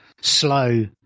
slow